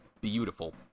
beautiful